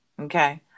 Okay